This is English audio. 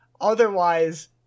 Otherwise